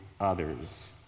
others